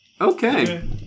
Okay